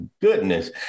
goodness